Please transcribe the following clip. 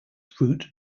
fruit